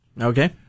Okay